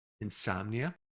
insomnia